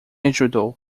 ajudou